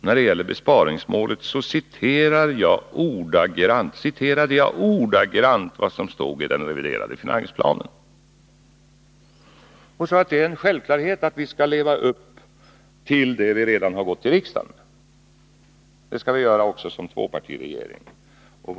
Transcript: När det gäller besparingsmålet citerade jag ordagrant vad som stod i den reviderade finansplanen och sade att det är en självklarhet att vi också som tvåpartiregering skall leva upp till vad vi redan har gått till riksdagen med.